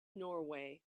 norway